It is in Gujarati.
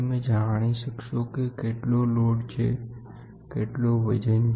તમે જાણી શકશો કે કેટલો લોડ છે કેટલો વજન છે